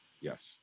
Yes